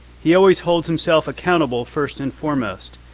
he always holds himself accountable first and foremost.